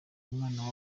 umwana